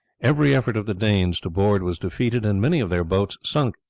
every effort of the danes to board was defeated, and many of their boats sunk,